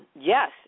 Yes